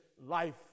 life